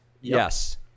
yes